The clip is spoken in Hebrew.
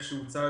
מכפי שהוצג